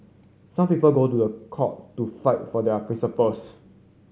some people go to the court to fight for their principles